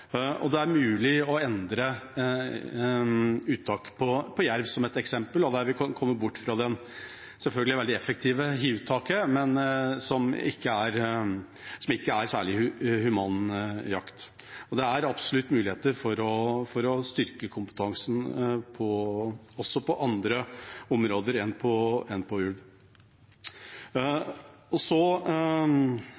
og det er mulig å endre uttaket av jerv, der vi kan komme bort fra det selvfølgelig veldig effektive hiuttaket, som ikke er særlig human jakt. Det er absolutt muligheter for å styrke kompetansen innenfor også andre områder enn ulv. I takt med at en